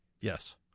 Yes